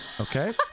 Okay